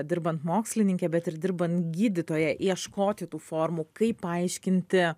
dirbant mokslininkę bet ir dirbant gydytoja ieškoti tų formų kaip paaiškinti